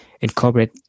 incorporate